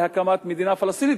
להקמת מדינה פלסטינית,